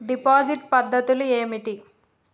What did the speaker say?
Deposit పద్ధతులు ఏమిటి?